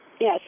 Yes